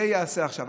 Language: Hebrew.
זה ייעשה עכשיו,